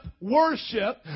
worship